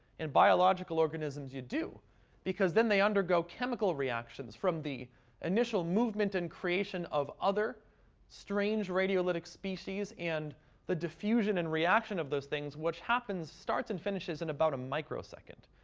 in biological organisms you do because then they undergo chemical reactions from the initial movement and creation of other strange radiolytic species and the diffusion and reaction of those things, which starts and finishes in about a microsecond,